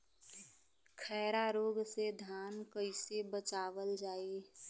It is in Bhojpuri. खैरा रोग से धान कईसे बचावल जाई?